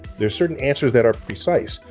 there are certain answers that are precise,